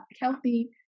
healthy